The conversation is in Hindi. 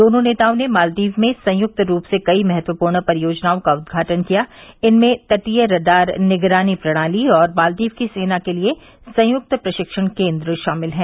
दोनों नेताओं ने मालदीव में संयुक्त रूप से कई महत्वपूर्ण परियोजनाओं का उद्घाटन किया इनमें तटीय रडार निगरानी प्रणाली और मालदीव की सेनाओं के लिए संयुक्त प्रशिक्षण केन्द्र शामिल हैं